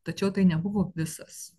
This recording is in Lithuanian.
tačiau tai nebuvo visas